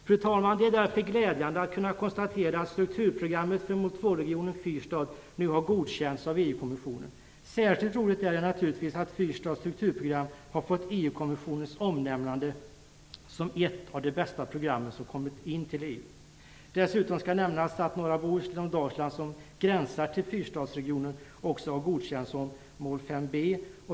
Fru talman! Det är därför glädjande att kunna konstatera att strukturprogrammet för mål 2-regionen fyrstad nu har godkänts av EU-kommissionen. Särskilt roligt är det naturligtvis att fyrstads strukturprogram har fått EU-kommissionens omnämnande som ett av de bästa programmen som kommit in till EU. Dessutom skall nämnas att norra Bohuslän och Dalsland, som gränsar till fyrstadsregionen, också har godkänts som mål 5 b.